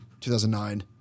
2009